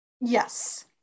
Yes